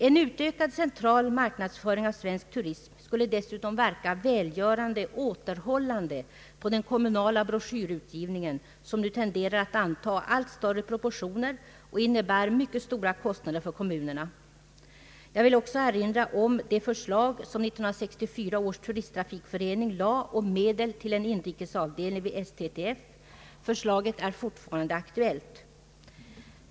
En utökad central marknadsföring av svensk turism skulle dessutom verka välgörande återhållande på den kommunala broschyrutgivningen, som nu tenderar att anta allt större proportioner och innebär mycket stora kostnader för kommunerna. Jag vill också erinra om det förslag som 1964 års turisttrafikutredning framlade om medel till en inrikesavdelning vid Svenska turisttrafikförbundet. Förslaget är fortfarande aktuellt.